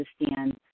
understand